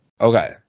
Okay